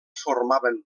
formaven